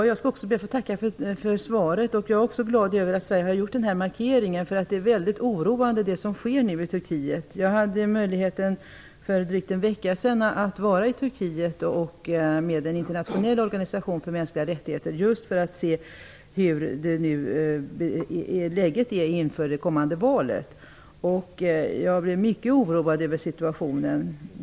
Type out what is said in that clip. Fru talman! Också jag ber att få tacka för svaret. Jag är glad över att Sverige har gjort den här markeringen, eftersom det som nu sker i Turkiet är väldigt oroande. Jag hade för drygt en vecka sedan möjlighet att vara i Turkiet tillsammans med en internationell organisation för mänskliga rättigheter, just för att se hur läget där är inför det kommande valet. Jag blev mycket oroad över situationen.